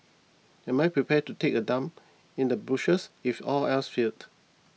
am I prepared to take a dump in the bushes if all else failed